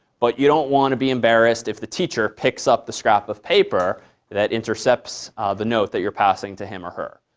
but you don't want to be embarrassed if the teacher picks up the scrap of paper that intercepts the note that you're passing to him or her.